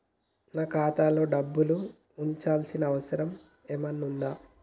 నాకు ఖాతాలో డబ్బులు ఉంచాల్సిన అవసరం ఏమన్నా ఉందా?